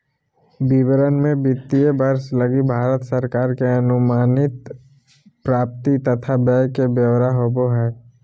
विवरण मे वित्तीय वर्ष लगी भारत सरकार के अनुमानित प्राप्ति तथा व्यय के ब्यौरा होवो हय